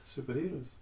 superheroes